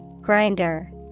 Grinder